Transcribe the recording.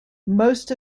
most